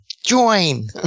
Join